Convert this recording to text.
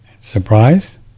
surprise